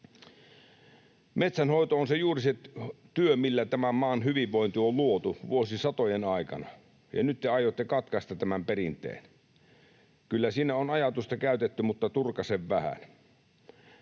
Metsänhoito on juuri se työ, millä tämän maan hyvinvointi on luotu vuosisatojen aikana, ja nyt te aiotte katkaista tämän perinteen. Kyllä siinä on ajatusta käytetty, mutta turkasen vähän.